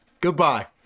Goodbye